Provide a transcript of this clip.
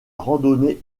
randonnée